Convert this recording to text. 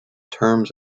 terms